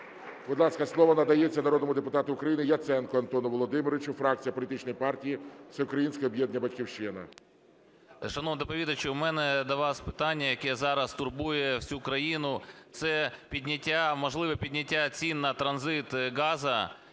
Будь ласка, слово надається народному депутату України Яценку Антону Володимировичу, фракція політичної партії Всеукраїнське об'єднання "Батьківщина". 10:38:32 ЯЦЕНКО А.В. Шановний доповідачу, у мене до вас питання, яке зараз турбує всю країну, – це підняття, можливе підняття цін на транзит газу.